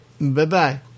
Bye-bye